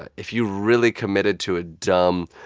ah if you really committed to a dumb